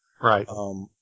Right